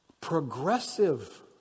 progressive